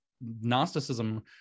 Gnosticism